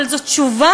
אבל זאת תשובה,